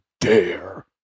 dare